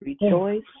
rejoice